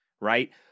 right